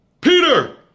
Peter